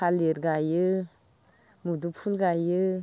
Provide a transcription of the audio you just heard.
थालिर गायो मुदुमफुल जायो